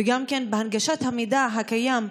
וגם בהנגשת המידע הקיים,